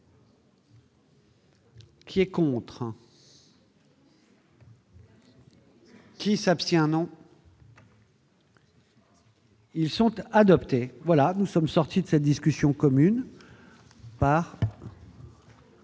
Qui est contraint. Qui s'abstient non. Ils sont à adopter : voilà, nous sommes sortis de cette discussion commune.